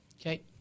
Okay